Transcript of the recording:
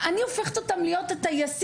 אני הופכת אותם להיות טייסים,